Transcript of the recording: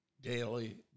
daily